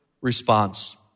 response